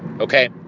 Okay